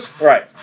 Right